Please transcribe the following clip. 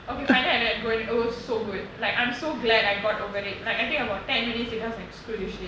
okay finally I let go and it was so good like I'm so glad I got over it like I think about ten minutes later I was like screw this shit